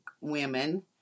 women